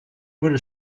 wurde